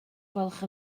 gwelwch